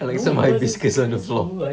like some hibiscus on the floor